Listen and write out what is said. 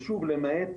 ושוב, למעט